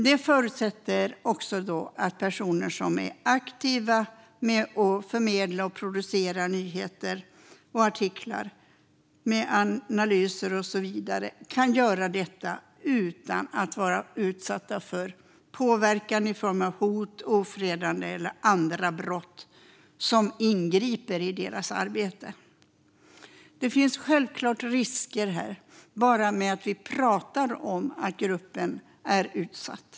Detta förutsätter också att personer som är aktiva i att förmedla och producera nyheter och artiklar med analyser och så vidare kan göra det utan att utsättas för påverkan i form av hot, ofredande eller andra brott som ingriper i deras arbete. Det finns självklart risker till och med med att prata om gruppen som utsatt.